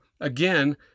again